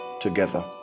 together